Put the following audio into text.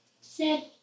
Sit